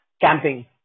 camping